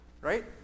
right